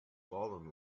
fallen